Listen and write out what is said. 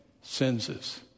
senses